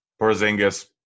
Porzingis